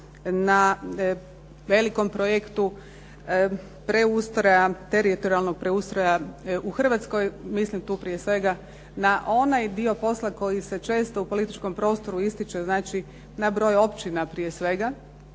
na velikom projektu preustroja, teritorijalnog preustroja u Hrvatskoj. Mislim tu prije svega na onaj dio posla koji se često u političkom prostoru ističe znači na broj općina prije svega.